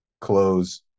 close